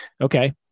Okay